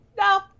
no